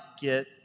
get